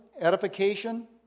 edification